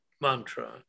mantra